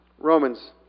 Romans